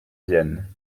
vienne